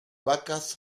vacas